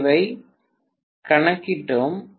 ஏவை கணக்கிட்டோம்